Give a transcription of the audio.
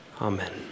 amen